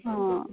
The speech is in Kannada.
ಹಾಂ